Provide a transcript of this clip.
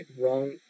wrong